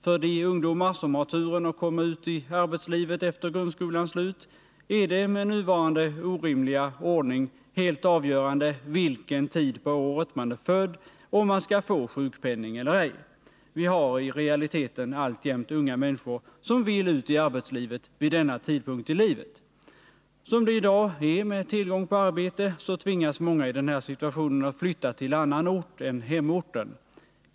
För de ungdomar som har turen att komma ut i arbetslivet efter grundskolans slut är det, med nuvarande orimliga ordning, helt avgörande vilken tid på året man är född om man skall få sjukpenning eller ej. Vi har i realiteten alltjämt unga människor som vill ut i arbetslivet vid denna tidpunkt i livet. Som det i dag är med tillgång på arbete, tvingas många i den här situationen att flytta till annan ort än hemorten.